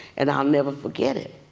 and i'll never forget it.